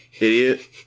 idiot